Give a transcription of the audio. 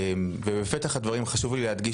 חשוב לי להדגיש בפתח הדברים שלי,